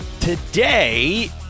Today